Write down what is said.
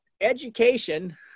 education